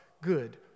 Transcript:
good